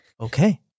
Okay